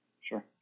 Sure